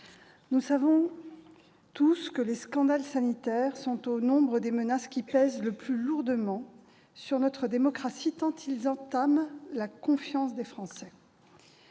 nous le savons, les scandales sanitaires sont au nombre des menaces qui pèsent le plus lourdement sur notre démocratie, tant ils entament la confiance des Français.